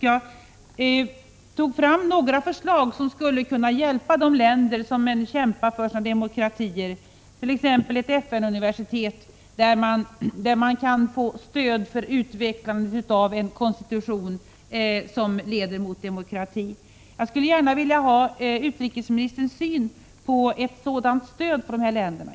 Jag drog fram några förslag som skulle kunna hjälpa de länder som kämpar för att bli demokratier, t.ex. ett FN-universitet, där man kan få stöd för utvecklandet av en konstitution som leder mot en demokrati. Jag skulle gärna vilja höra utrikesministerns syn på ett sådant stöd för de här länderna.